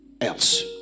else